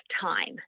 time